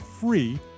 free